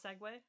segue